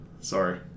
Sorry